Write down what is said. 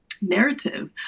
narrative